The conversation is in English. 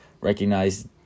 recognize